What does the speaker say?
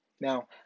Now